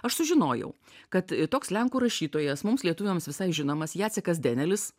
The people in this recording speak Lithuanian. aš sužinojau kad toks lenkų rašytojas mums lietuviams visai žinomas jacikas denielis